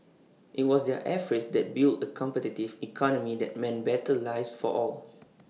IT was their efforts that built A competitive economy that meant better lives for all